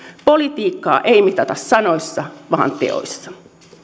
politiikkaa ei mitata sanoissa vaan teoissa